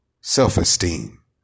Self-esteem